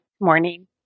morning